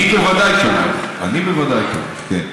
אני בוודאי תומך, אני בוודאי תומך, כן.